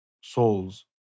souls